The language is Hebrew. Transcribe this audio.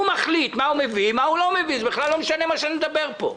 הוא מחליט מה הוא מביא ומה הוא לא מביא ובכלל לא משנה מה שנדבר פה.